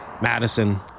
Madison